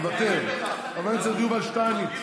מוותר, חבר הכנסת יובל שטייניץ,